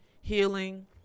healing